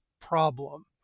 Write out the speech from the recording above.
problem